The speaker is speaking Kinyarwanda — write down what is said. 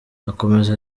akomeza